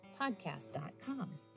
podcast.com